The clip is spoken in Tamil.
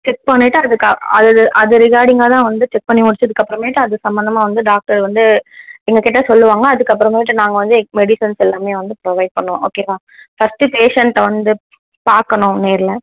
செக் பண்ணிட்டு அதுக்கு அது அது ரிகார்டிங்காக தான் வந்து செக் பண்ணி முடிஞ்சத்துக்கு அப்புறமேட்டு அது சம்மந்தமாக வந்து டாக்டர் வந்து எங்ககிட்ட சொல்லுவாங்க அதுக்கப்புறமேட்டு நாங்கள் வந்து எக் மெடிசன்ஸ் எல்லாமே வந்து ப்ரொவைட் பண்ணுவோம் ஓகேவா ஃபஸ்ட்டு பேஷண்ட்டை வந்து பார்க்கணும் நேரில்